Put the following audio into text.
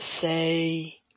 say